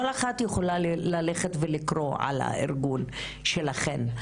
כל אחת יכולה ללכת ולקרוא על הארגון שלכן,